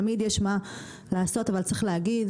תמיד יש מה לעשות אבל צריך להגיד,